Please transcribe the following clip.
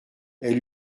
elle